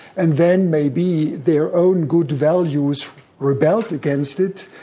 and then maybe their own good values rebelled against it,